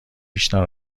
بیشتر